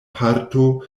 parto